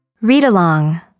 Read-along